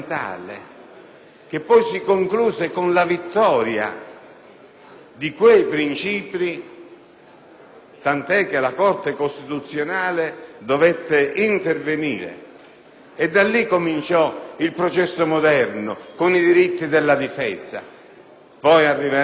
che si concluse poi con la vittoria di quei principi, tant'è che la Corte costituzionale dovette intervenire. Da lì cominciò il processo moderno con i diritti della difesa; arriveremo